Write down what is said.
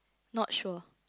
not sure